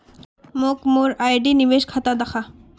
मोक मोर आर.डी निवेश खाता दखा